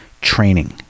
training